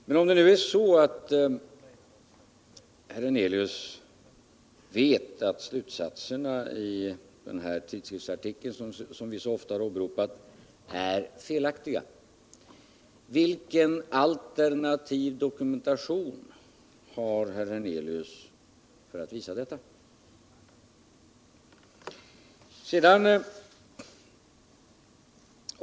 Men om nu herr Hernelius vet att slutsaterna i den vidskrifisartikel som så ofta åberopats är felaktiga, vilken alternativ dokumentatuion har då herr Hernelius för att visa detta?